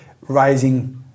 rising